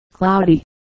cloudy